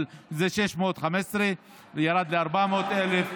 אבל זה 615,000 וירד ל-400,000.